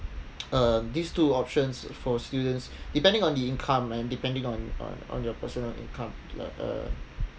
uh these two options for students depending on the income and depending on on on your personal income uh uh